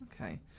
Okay